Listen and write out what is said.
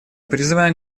призываем